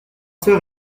sœurs